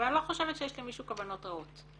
אבל אני לא חושבת שיש למישהו כוונות רעות.